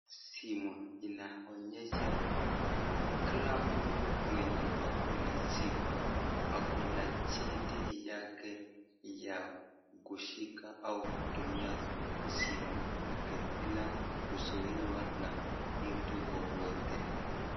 Simu inaonyesha kwamba kila mtu mwenye akona simu akona cheti yake ya kushika au kutumia simu yake bila kuzuiwa na mtu wowote.